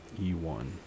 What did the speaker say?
E1